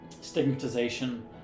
stigmatization